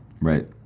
Right